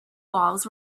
walls